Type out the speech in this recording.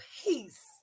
peace